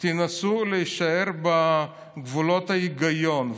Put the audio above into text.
תנסו להישאר בגבולות ההיגיון,